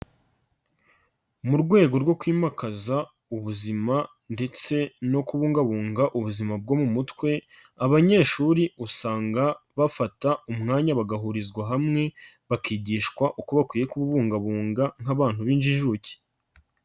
Mu rwego rwo kwimakaza ubuzima ndetse no kubungabunga ubuzima bwo mu mutwe, abanyeshuri usanga bafata umwanya bagahurizwa hamwe bakigishwa uko bakwiye kububungabunga nk'abantu b'injijuke.